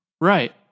Right